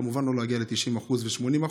כמובן לא להגיע ל-90% ו-80%,